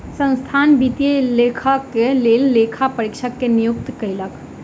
संस्थान वित्तीय लेखाक लेल लेखा परीक्षक के नियुक्ति कयलक